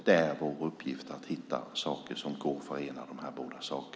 Det är vår uppgift att hitta vägar som kan förena dessa båda saker.